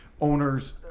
owners